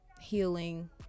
healing